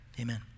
amen